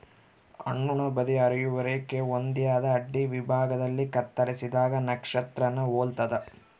ಹಣ್ಣುನ ಬದಿ ಹರಿಯುವ ರೇಖೆ ಹೊಂದ್ಯಾದ ಅಡ್ಡವಿಭಾಗದಲ್ಲಿ ಕತ್ತರಿಸಿದಾಗ ನಕ್ಷತ್ರಾನ ಹೊಲ್ತದ